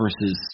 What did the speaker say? versus